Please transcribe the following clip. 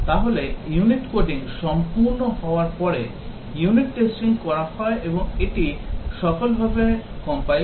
তাহলে unit coding সম্পূর্ণ হওয়ার পরে unit testing করা হয় এবং এটি সফলভাবে compile করে